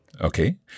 Okay